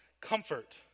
comfort